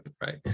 right